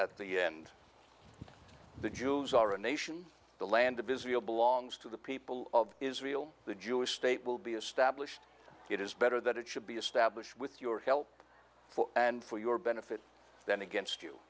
at the end the jews are a nation the land of israel belongs to the people of israel the jewish state will be established it is better that it should be established with your help for and for your benefit than against you